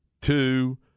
two